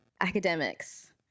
academics